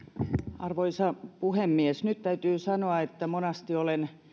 arvoisa puhemies nyt täytyy sanoa että monasti olen